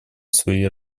свои